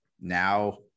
now